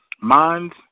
Minds